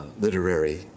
literary